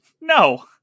no